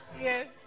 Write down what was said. Yes